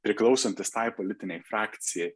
priklausantis tai politinei frakcijai